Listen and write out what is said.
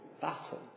battle